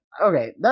Okay